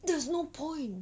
there's no point